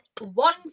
one